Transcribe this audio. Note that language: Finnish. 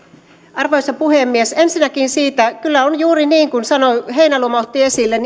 arvoisa puhemies ensinnäkin kyllä on juuri niin kuin heinäluoma otti esille